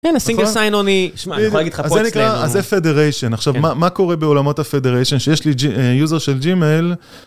אין, סינגל סיין אוני, אני יכולה להגיד לך פולקציה. אז זה פדריישן, עכשיו מה קורה בעולמות הפדריישן, שיש לי יוזר של ג'ימאל.